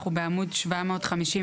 אנחנו בעמוד 753,